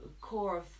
core